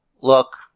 look